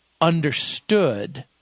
understood